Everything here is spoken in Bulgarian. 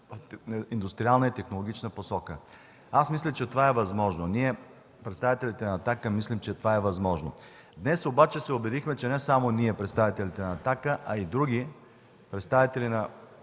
индустриална и технологична посока. Аз мисля, че това е възможно. Ние, представителите на „Атака”, мислим, че това е възможно. Днес обаче се убедихме, че не само ние, представителите на „Атака”, а и други представители на